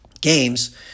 games